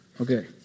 Okay